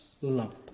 lump